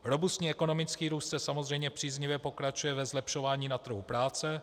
Robustní ekonomický růst samozřejmě příznivě pokračuje ve zlepšování na trhu práce.